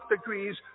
degrees